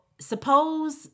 suppose